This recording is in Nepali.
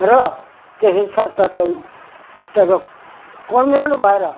र त्यसको साथसाथै त्यहाँको कन्भेनर भएर